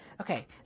Okay